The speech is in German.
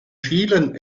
schielen